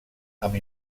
amb